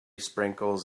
sprinkles